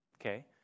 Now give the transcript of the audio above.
Okay